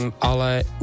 ale